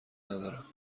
ندارم